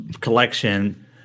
collection